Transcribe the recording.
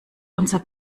unser